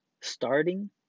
starting